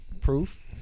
proof